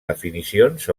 definicions